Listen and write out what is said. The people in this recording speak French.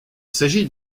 s’agit